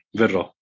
verrò